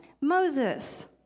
Moses